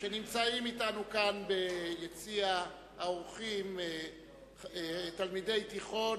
שנמצאים אתנו כאן ביציע האורחים תלמידי תיכון